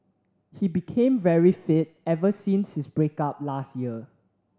he became very fit ever since his break up last year